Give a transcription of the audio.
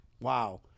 wow